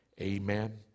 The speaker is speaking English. amen